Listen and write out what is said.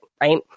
right